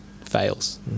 fails